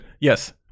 yes